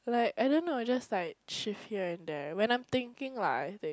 like I don't know I just like shift here and there when I'm thinking lah I think